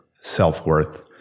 self-worth